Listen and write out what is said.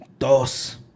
dos